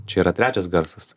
čia yra trečias garsas